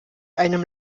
einem